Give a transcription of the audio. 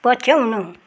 पछ्याउनु